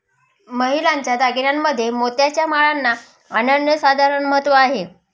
महिलांच्या दागिन्यांमध्ये मोत्याच्या माळांना अनन्यसाधारण महत्त्व आहे